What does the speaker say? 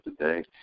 today